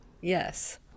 Yes